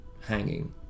hanging